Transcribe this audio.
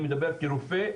אני מדבר כרופא,